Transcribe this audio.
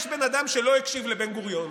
יש בן אדם שלא הקשיב לבן-גוריון,